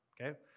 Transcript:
okay